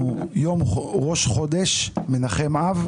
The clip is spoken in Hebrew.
אנחנו ראש חודש מנחם אב,